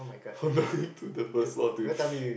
on the way to the first floor dude